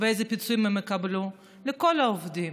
ואיזה פיצויים הם יקבלו, כל העובדים.